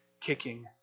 kicking